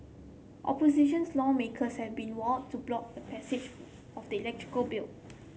opposition lawmakers have been vowed to block the passage for of the bill